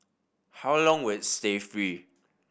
how long with stay free